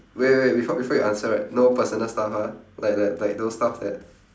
wait wait wait befo~ before you answer right no personal stuff ah like like like those stuff that